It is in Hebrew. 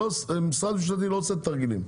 משרד ממשלתי לא עושה תרגילים.